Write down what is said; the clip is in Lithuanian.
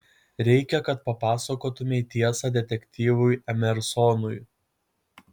reikia kad papasakotumei tiesą detektyvui emersonui